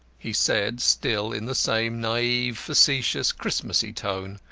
he said, still in the same naive, facetious christmasy tone,